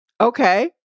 Okay